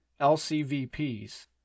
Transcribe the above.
LCVPs